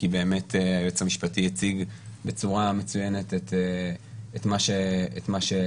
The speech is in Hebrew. כי באמת היועץ המשפטי הציג בצורה מצוינת את מה שעובר,